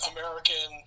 American